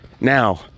Now